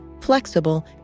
flexible